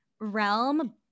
realm